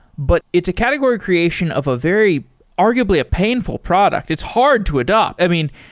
but it's a category creation of a very arguably a painful product. it's hard to adopt. i mean,